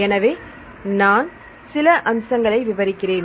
எனவே நான் சில அம்சங்களை விவரிக்கிறேன்